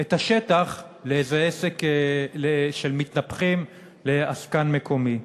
את השטח לאיזה עסק של מתנפחים של עסקן מקומי.